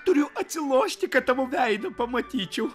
turiu atsilošti kad tavo veidą pamatyčiau